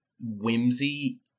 whimsy